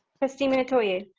trustee metoyer.